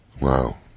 Wow